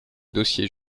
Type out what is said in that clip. dossiers